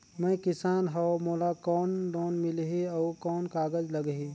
मैं किसान हव मोला कौन लोन मिलही? अउ कौन कागज लगही?